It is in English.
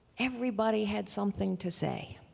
everybody had something to say.